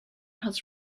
has